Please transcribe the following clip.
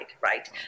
right